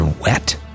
wet